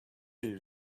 you